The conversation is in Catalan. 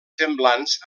semblants